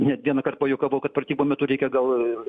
net vienąkart pajuokavau kad pratybų metu reikia gal